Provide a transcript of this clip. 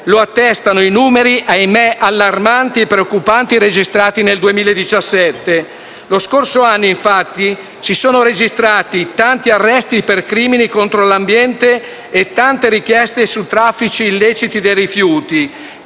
lo attestano i numeri - ahimè - allarmanti registrati nel 2017: lo scorso anno, infatti, si sono registrati tanti arresti per crimini contro l'ambiente e tante richieste su traffici illeciti di rifiuti.